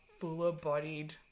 fuller-bodied